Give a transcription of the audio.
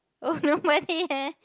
oh nobody meh